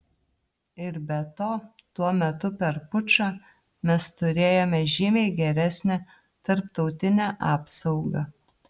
ir be to tuo metu per pučą mes turėjome žymiai geresnę tarptautinę apsaugą